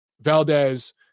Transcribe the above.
Valdez